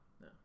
no